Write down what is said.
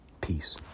Peace